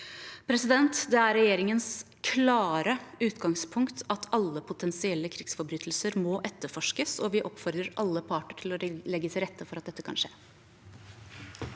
Det er regjeringens klare utgangspunkt at alle potensielle krigsforbrytelser må etterforskes, og vi oppfordrer alle parter til å legge til rette for at dette kan skje.